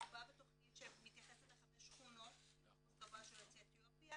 מדובר בתכנית שמתייחסת לחמש שכונות עם אחוז גבוה של יוצאי אתיופיה,